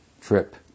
trip